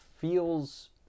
feels